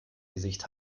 gesicht